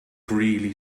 greely